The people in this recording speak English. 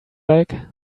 like